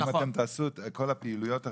אם אתם תעשו את כל הפעילויות האחרות,